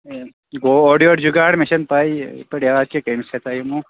گوٚو اورٕ یور جُگاڑ مےٚ چھَنہٕ پَے یِتھٕ پٲٹھۍ یاد چھِ کٔمِس ہٮ۪ژاے یِمو